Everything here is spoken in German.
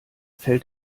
fällt